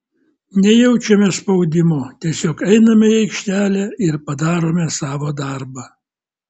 nejaučiame spaudimo tiesiog einame į aikštelę ir padarome savo darbą